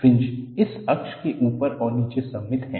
fringe इस अक्ष के ऊपर और नीचे सममित हैं